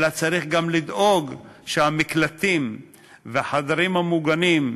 אלא צריך גם לדאוג שהמקלטים והחדרים המוגנים,